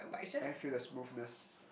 and feel the smoothness